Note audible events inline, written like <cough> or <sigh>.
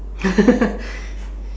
<laughs>